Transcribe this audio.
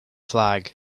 flag